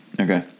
Okay